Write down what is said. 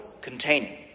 containing